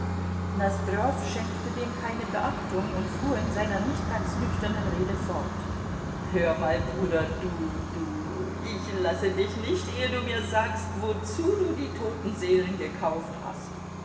nosdrjow schenkte dem keine beachtung und fuhr in seiner nicht ganz nüchternen rede fort hör mal bruder du du ich lasse dich nicht ehe du mir sagst wozu du die toten seelen gekauft hast